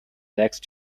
next